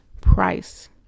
price